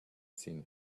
seen